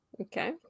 Okay